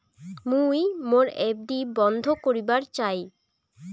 মুই মোর এফ.ডি বন্ধ করিবার চাই